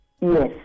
Yes